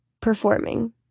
performing